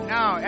Now